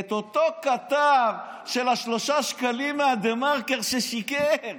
את אותו כתב של השלושה שקלים מדה-מרקר ששיקר.